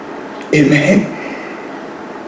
amen